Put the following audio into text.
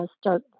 start